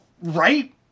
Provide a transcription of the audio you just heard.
right